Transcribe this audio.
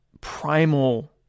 primal